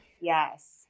yes